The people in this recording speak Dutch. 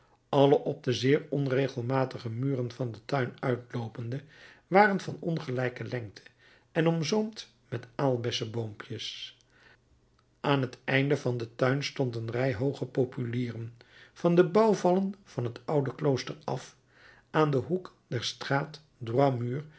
alle op de zeer onregelmatige muren van den tuin uitloopende waren van ongelijke lengte en omzoomd met aalbesseboompjes aan het einde van den tuin stond een rij hooge populieren van de bouwvallen van het oude klooster af aan den hoek der straat droit mur